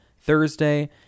Thursday